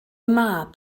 mab